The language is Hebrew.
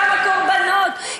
כמה קורבנות,